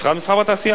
משרד המסחר והתעשייה,